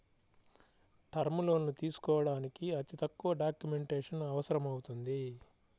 term లోన్లు తీసుకోడానికి అతి తక్కువ డాక్యుమెంటేషన్ అవసరమవుతుంది